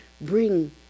bring